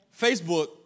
Facebook